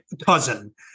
cousin